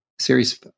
Series